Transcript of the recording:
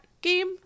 game